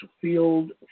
Field